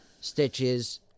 stitches